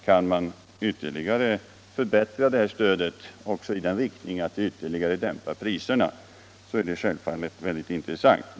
Kan man ytterligare förbättra stödet också i den riktningen att det ytterligare dämpar priserra är det självfallet intressant.